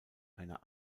einer